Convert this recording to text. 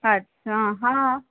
अच्छा हा